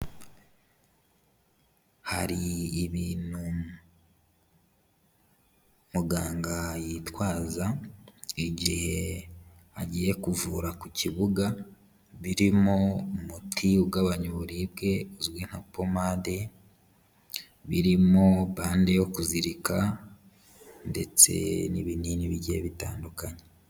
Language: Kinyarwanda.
Hari ibintu muganga yitwaza igihe agiye kuvura ku kibuga, birimo umuti ugabanya uburibwe uzwi nka pomade, birimo bande yo kuzirika ndetse n'ibinini bigiye bitandukanye.